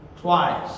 twice